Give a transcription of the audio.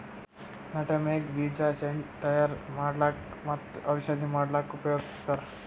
nutmeg ಬೀಜ scent ತಯಾರ್ ಮಾಡಕ್ಕ್ ಮತ್ತ್ ಔಷಧಿ ಮಾಡಕ್ಕಾ ಉಪಯೋಗಸ್ತಾರ್